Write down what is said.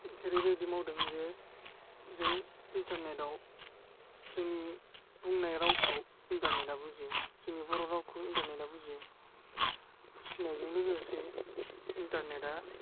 जेरैबायदि मावदों जे जों इन्टारनेटआव जोंनि बुंनाय रावखौ इन्टारनेटआ बुजियो जोंनि बर' रावखौ इन्टारनेटआ बुजियो बुजिनायजों लोगोसे इन्टारनेटआ